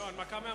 הנמקה מהמקום,